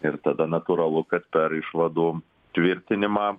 ir tada natūralu kad per išvadų tvirtinimą